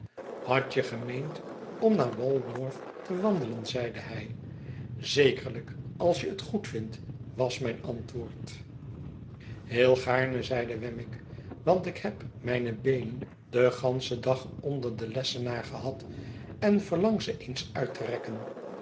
hadt je gemeend om naar walworth te wandelen zeide hij zekerlijk als je het goedvindt was mijn antwoord heel gaarne zeide wemmick want ik heb mijne beenen den ganschen dag onder den lessenaar gehad en verlang ze eens uitterekken nu